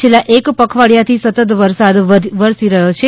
છેલ્લા એક પખવાડીયાથી સતત વરસાદ વરસી રહયો છે